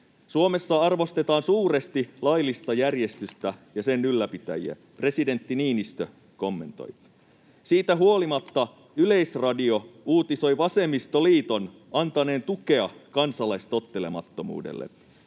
”Suomessa arvostetaan suuresti laillista järjestystä ja sen ylläpitäjiä”, presidentti Niinistö kommentoi. Siitä huolimatta Yleisradio uutisoi vasemmistoliiton antaneen tukea kansalaistottelemattomuudelle.